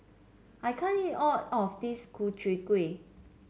I can't eat all of this Ku Chai Kuih